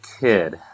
kid